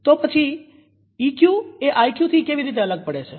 તો પછી ઈક્યુ એ આઈક્યુથી કેવી રીતે અલગ પડે છે